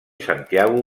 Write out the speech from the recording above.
santiago